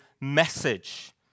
message